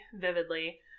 vividly